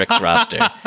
roster